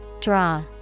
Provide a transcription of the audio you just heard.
Draw